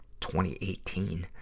2018